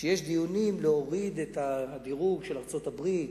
שיש דיונים על הורדת הדירוג של ארצות-הברית,